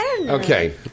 Okay